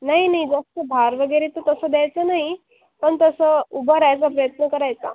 नाही नाही जास्त बाहेर वगैरे तर तसं जायचं नाही पण तसं उभं राहायचा प्रयत्न करायचा